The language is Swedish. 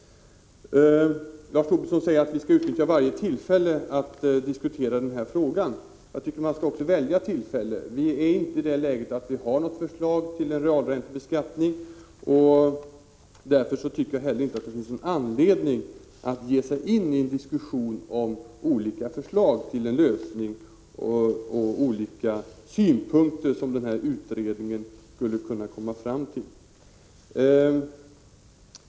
Lars Tobisson säger att han skall utnyttja varje tillfälle att diskutera den här frågan. Jag tycker att man också skall välja tillfälle. Vi är inte i det läget att vi har något förslag till en realräntebeskattning. Därför tycker jag heller inte att det finns någon anledning att nu ge sig in i en diskussion om olika förslag till en lösning och om de olika synpunkter som utredningen skulle kunna komma fram till.